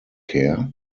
care